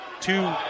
two